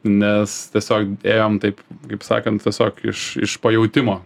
nes tiesiog ėjom taip kaip sakant tiesiog iš iš pajautimo